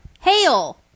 hail